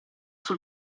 sul